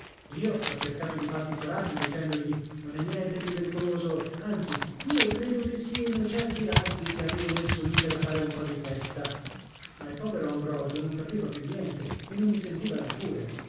io ho cercato di fargli coraggio dicendogli non è niente di pericoloso anzi io credo che sieno certi razzi che avevo messo lì per fare un po di festa ma il povero ambrogio non capiva più niente e non mi sentiva neppure